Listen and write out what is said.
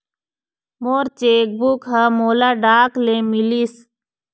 मोर cheque book ह मोला डाक ले मिलिस